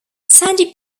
sandy